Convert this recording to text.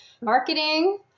marketing